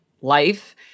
life